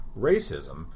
racism